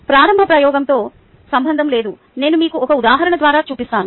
ప్రారంభ ప్రయోగంతో సంబంధం లేదు నేను మీకు ఒక ఉదాహరణ ద్వారా చూపిస్తాను